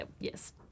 yes